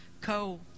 co-